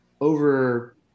Over